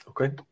okay